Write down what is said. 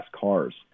cars